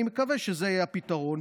אני מקווה שזה יהיה הפתרון.